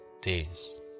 days